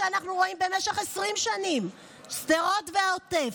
שאנחנו רואים במשך 20 שנים את שדרות והעוטף.